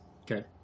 okay